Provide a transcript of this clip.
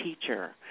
teacher